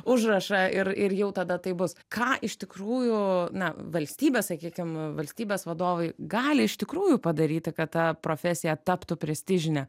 užrašą ir ir jau tada tai bus ką iš tikrųjų na valstybės sakykim valstybės vadovai gali iš tikrųjų padaryti kad ta profesija taptų prestižine